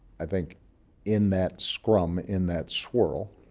i think in that scrum, in that swirl,